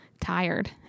tired